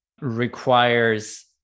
requires